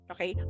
Okay